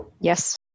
Yes